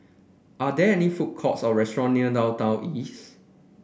are there any food courts or restaurant near Downtown East